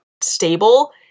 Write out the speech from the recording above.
stable